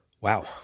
wow